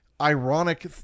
ironic